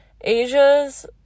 Asia's